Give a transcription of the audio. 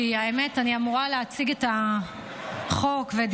כי האמת היא שאני אמורה להציג את החוק ואת